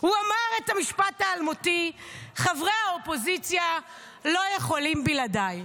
הוא אמר את המשפט האלמותי: חברי האופוזיציה לא יכולים בלעדיי.